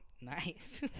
Nice